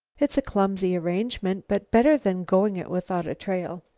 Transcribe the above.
it's a clumsy arrangement, but better than going it without a trail.